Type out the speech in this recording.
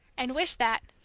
and wish that,